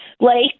lake